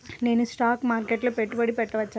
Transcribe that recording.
నేను స్టాక్ మార్కెట్లో పెట్టుబడి పెట్టవచ్చా?